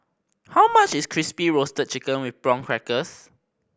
how much is Crispy Roasted Chicken with Prawn Crackers